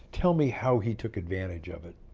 tell me how he took advantage of it.